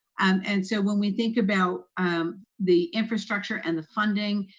and so when we think about um the infrastructure, and the funding,